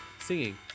singing